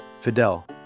Fidel